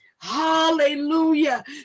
hallelujah